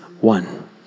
one